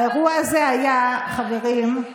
האירוע הזה היה, חברים,